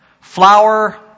flower